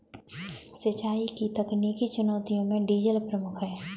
सिंचाई की तकनीकी चुनौतियों में डीजल प्रमुख है